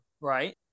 Right